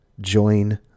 join